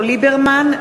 ליברמן,